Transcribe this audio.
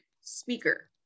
speaker